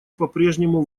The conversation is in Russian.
попрежнему